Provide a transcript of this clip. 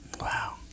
Wow